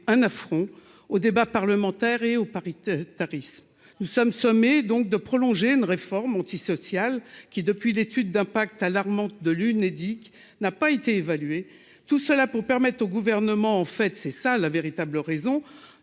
un affront au débat parlementaire et au paritarisme, nous sommes sommés donc de prolonger une réforme antisociale qui depuis l'étude d'impact alarmante de l'Unédic n'a pas été évalué tout cela pour permettre au gouvernement, en fait, c'est ça la véritable raison